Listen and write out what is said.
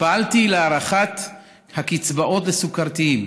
פעלתי להארכת הקצבאות לסוכרתיים,